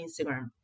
Instagram